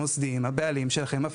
המוסדיים הבעלים שלכם,